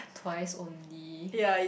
twice only